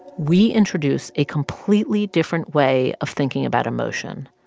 we introduce a completely different way of thinking about emotion,